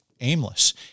aimless